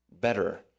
better